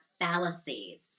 fallacies